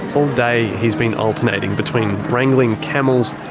all day he's been alternating between wrangling camels,